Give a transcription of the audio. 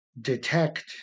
detect